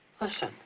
Listen